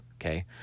Okay